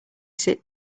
sit